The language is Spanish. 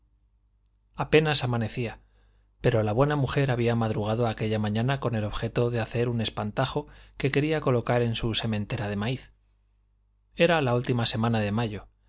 apenas amanecía pero la buena mujer había madrugado aquella mañana con el objeto de hacer un espantajo que quería colocar en su sementera de maíz era la última semana de mayo